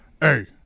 Hey